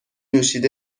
نوشیده